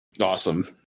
awesome